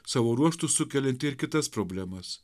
savo ruožtu sukelianti ir kitas problemas